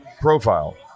profile